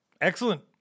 excellent